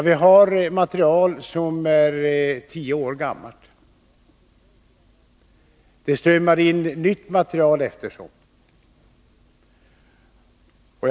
Vi har material som är tio år gammalt, och det strömmar in nytt material allteftersom.